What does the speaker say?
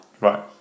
Right